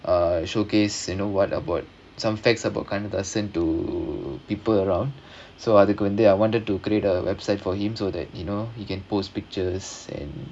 uh showcase you know what about some facts about to people around so Kannadasan திட்டுவாராம்:kannadhasan thittuvaaraam I wanted to create a website for him so that you know he can post pictures and